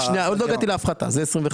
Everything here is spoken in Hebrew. עוד לא הגעתי להפחתה.